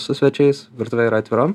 su svečiais virtuvė yra atvira